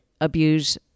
abuse